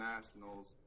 Nationals